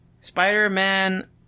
Spider-Man